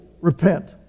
repent